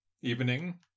Evening